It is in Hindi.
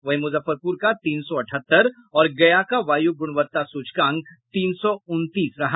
वहीं मुजफ्फरपुर का तीन सौ अठहत्तर और गया का वायु गुणवत्ता सूचकांक तीन सौ उनतीस रहा